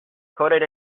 coded